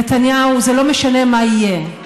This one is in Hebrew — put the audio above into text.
נתניהו, זה לא משנה מה יהיה.